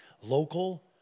local